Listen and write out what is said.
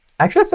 actually, so